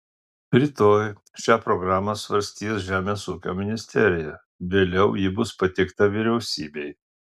rytoj šią programą svarstys žemės ūkio ministerija vėliau ji bus pateikta vyriausybei